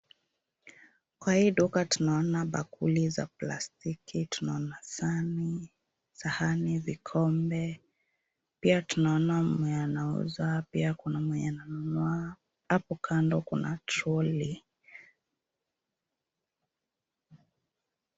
Kwa hii duka tunaona bakuli za plastiki, tunaona sahani, vikombe, pia tuonaona mwenye anauza pia kuna mwenye ananunua. Hapo kando kuna trolley .